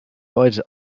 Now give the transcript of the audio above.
heute